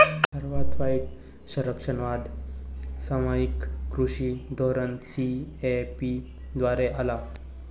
सर्वात वाईट संरक्षणवाद सामायिक कृषी धोरण सी.ए.पी द्वारे आला